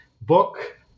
book